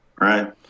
right